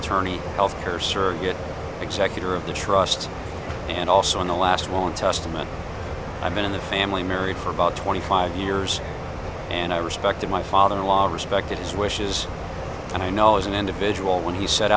attorney health care surrogate executor of the trust and also in the last one testament i've been in the family married for about twenty five years and i respected my father in law respecting his wishes and i know as an individual when he set